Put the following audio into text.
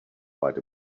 quite